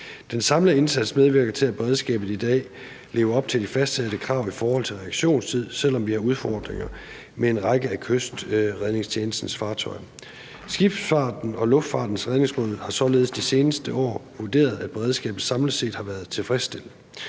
Den samlede indsats medvirker til, at beredskabet i dag lever op til de fastsatte krav i forhold til reaktionstid, selv om vi har udfordringer med en række af Kystredningstjenestens fartøjer. Skibsfartens og Luftfartens Redningsråd har således det seneste år vurderet, at beredskabet samlet set har været tilfredsstillende.